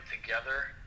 together